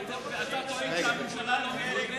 ואתה טוען שהממשלה לא חלק,